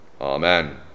Amen